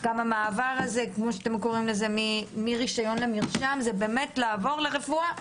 המעבר מרישיון למרשם, זה באמת לעבור לרפואה.